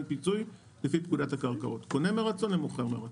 פיצוי לפי פקודת הקרקעות - קונה מרצון ומוכר מרצון.